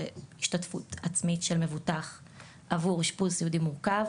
השתתפות עצמית עבור אשפוז סיעודי מורכב),